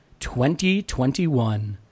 2021